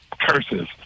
Curses